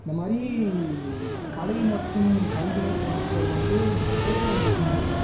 இந்த மாதிரி கலை மற்றும் கைவினைப்பொருட்கள் வந்து நிறையா இருக்குது